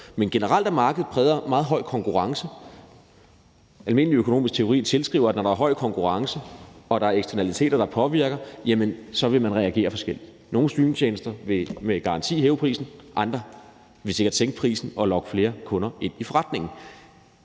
Men generelt er markedet præget af meget høj konkurrence. Almindelig økonomisk teori tilskriver, at når der er høj konkurrence og der er eksternaliteter, der påvirker det, vil man reagere forskelligt. Nogle streamingtjenester vil med garanti hæve prisen, andre vil sikkert sænke prisen og lokke flere kunder ind i forretningen,